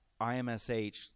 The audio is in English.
IMSH